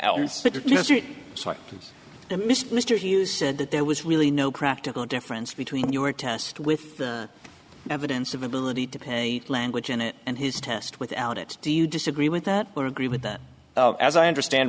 missed mr he you said that there was really no practical difference between your test with the evidence of ability to pay language in it and his test without it do you disagree with that or agree with that as i understand